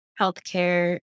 healthcare